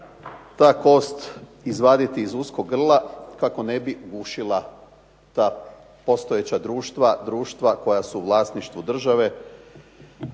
ta kost izvaditi iz uskog grla kako ne bi gušila ta postojeća društva, društva koja su u vlasništvu države